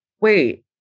wait